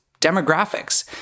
demographics